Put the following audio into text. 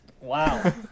Wow